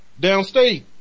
downstate